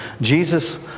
Jesus